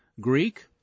Greek